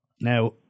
Now